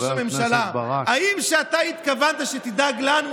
ראש הממשלה: האם כשאתה אמרת שתדאג לנו,